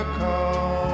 call